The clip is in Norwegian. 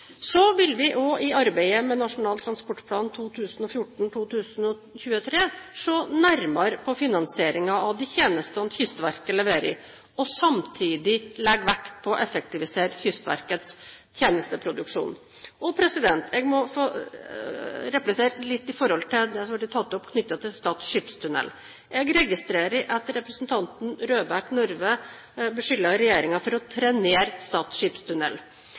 Vi vil også i arbeidet med Nasjonal transportplan 2014–2023 se nærmere på finansieringen av de tjenestene Kystverket leverer, og samtidig legge vekt på å effektivisere Kystverkets tjenesteproduksjon. Jeg må få replisere litt til det som ble tatt opp knyttet til Stad skipstunnel. Jeg registrerer at representanten Røbekk Nørve beskylder regjeringen for å «trenere» Stad skipstunnel.